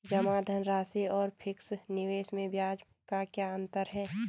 जमा धनराशि और फिक्स निवेश में ब्याज का क्या अंतर है?